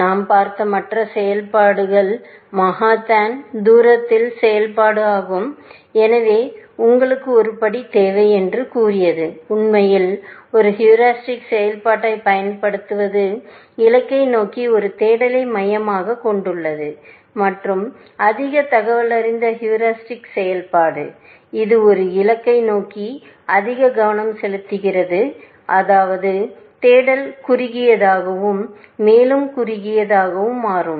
நாம் பார்த்த மற்ற செயல்பாடு மன்ஹாட்டன் தூர செயல்பாடு ஆகும் எனவே உங்களுக்கு ஒரு படி தேவை என்று கூறியது உண்மையில் ஒரு ஹீரிஸ்டிக் செயல்பாட்டைப் பயன்படுத்துவது இலக்கை நோக்கி ஒரு தேடலை மையமாகக் கொண்டுள்ளது மற்றும் அதிக தகவலறிந்த ஹீரிஸ்டிக் செயல்பாடு இது ஒரு இலக்கை நோக்கி அதிக கவனம் செலுத்துகிறது அதாவது தேடல் குறுகியதாகவும் மேலும் குறுகியதாகவும் மாறும்